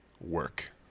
work